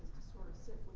sort of sit